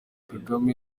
kagame